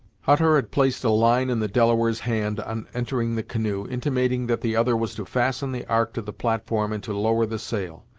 hutter had placed a line in the delaware's hand, on entering the canoe, intimating that the other was to fasten the ark to the platform and to lower the sail.